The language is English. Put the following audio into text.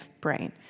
brain